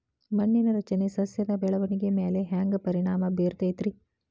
ಮಣ್ಣಿನ ರಚನೆ ಸಸ್ಯದ ಬೆಳವಣಿಗೆ ಮ್ಯಾಲೆ ಹ್ಯಾಂಗ್ ಪರಿಣಾಮ ಬೇರತೈತ್ರಿ?